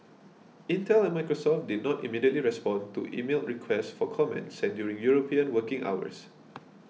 Intel and Microsoft did not immediately respond to emailed requests for comment sent during European working hours